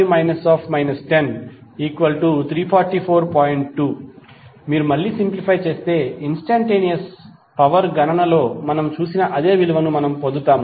2 మీరు మళ్ళీ సింప్లిఫై చేస్తే ఇన్స్టంటేనియస్ పవర్ గణన లో మనము చూసిన అదే విలువను మనము పొందుతాము